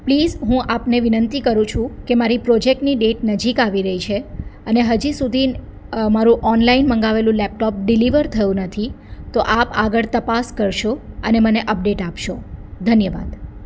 please હું આપને વિનંતી કરું છું કે મારી પ્રોજેક્ટની ડેટ નજીક આવી રહી છે અને હજી સુધી મારું ઓનલાઈન મંગાવેલું લેપટોપ ડિલિવર થયું નથી તો આગળ તપાસ કરશો અને મને અપડેટ આપશો ધન્યવાદ